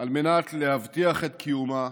על מנת להבטיח את קיומה,